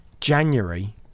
January